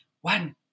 one